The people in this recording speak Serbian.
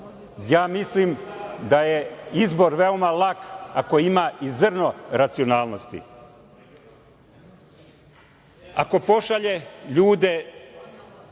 Ja mislim da je izbor veoma lak ako ima i zrno racionalnosti. Ako pošalje ljude